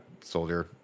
soldier